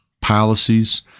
policies